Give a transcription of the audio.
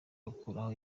gukuraho